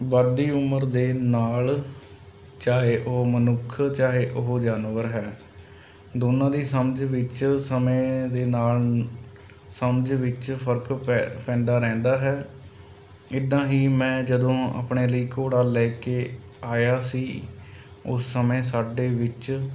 ਵੱਡੀ ਉਮਰ ਦੇ ਨਾਲ਼ ਚਾਹੇ ਉਹ ਮਨੁੱਖ ਚਾਹੇ ਉਹ ਜਾਨਵਰ ਹੈ ਦੋਨਾਂ ਦੀ ਸਮਝ ਵਿੱਚ ਸਮੇਂ ਦੇ ਨਾਲ਼ ਸਮਝ ਵਿੱਚ ਫਰਕ ਪੈ ਪੈਂਦਾ ਰਹਿੰਦਾ ਹੈ ਇੱਦਾਂ ਹੀ ਮੈਂ ਜਦੋਂ ਆਪਣੇ ਲਈ ਘੋੜਾ ਲੈ ਕੇ ਆਇਆ ਸੀ ਉਸ ਸਮੇਂ ਸਾਡੇ ਵਿੱਚ